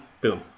boom